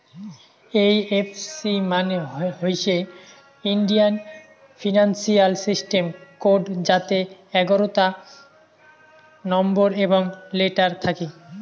এই F C মানে হইসে ইন্ডিয়ান ফিনান্সিয়াল সিস্টেম কোড যাতে এগারোতা নম্বর এবং লেটার থাকি